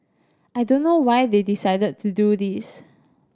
I don't know why they decided to do this